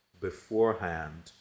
beforehand